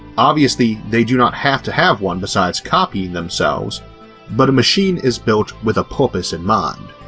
obviously they do not have to have one besides copying themselves but a machine is built with a purpose in mind.